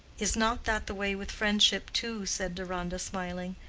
is not that the way with friendship, too? said deronda, smiling.